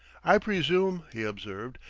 i presume, he observed,